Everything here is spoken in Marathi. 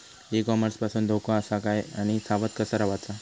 ई कॉमर्स पासून धोको आसा काय आणि सावध कसा रवाचा?